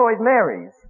Marys